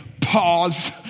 Pause